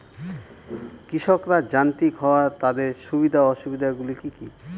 কৃষকরা যান্ত্রিক হওয়ার তাদের সুবিধা ও অসুবিধা গুলি কি কি?